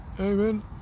Amen